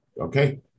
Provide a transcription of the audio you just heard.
okay